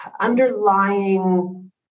underlying